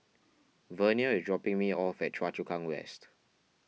Vernia is dropping me off at Choa Chu Kang West